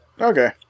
Okay